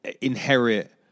inherit